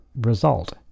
result